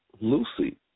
Lucy